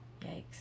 Yikes